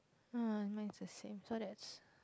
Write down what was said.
!ah! mine is the same so that's